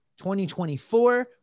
2024